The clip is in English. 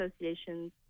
associations